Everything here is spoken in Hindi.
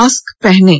मास्क पहनें